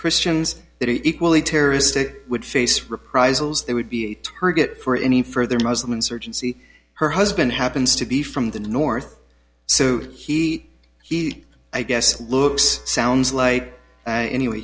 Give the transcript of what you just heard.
christians that are equally terroristic would face reprisals they would be a target for any further muslim insurgency her husband happens to be from the north so he he i guess looks sounds like and anyway